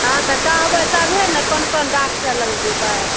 हँ तऽ कहबै तभे ने कोन कोन डाक्टर लग जेबै